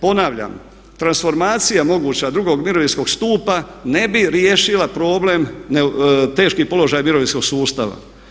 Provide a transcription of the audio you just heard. Ponavljam transformacija moguća drugog mirovinskog stupa ne bi riješila problem teških položaj mirovinskog sustava.